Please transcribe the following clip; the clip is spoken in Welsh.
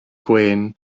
gwên